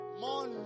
more